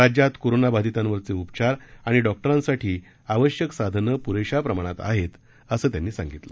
राज्यात कोरोनाबाधितांवरचे उपचार आणि डॉक्टरांसाठी आवश्यक साधनं पुरेशा प्रमाणात आहेत असं त्यांनी सांगितलं